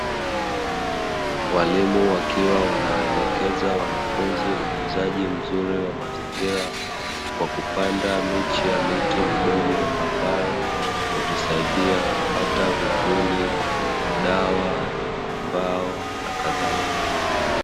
Walimu wakiwa wanawaelekeza wanafunzi utunzaji nzuri wa mazingira kwa kupanda miche ya miti midogo ambayo hutusaidia kupata vivuli, dawa, ,mbao na kadhalika.